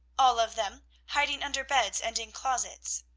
all of them, hiding under beds and in closets.